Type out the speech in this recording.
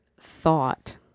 thought